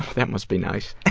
that must be nice,